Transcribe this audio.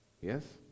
Yes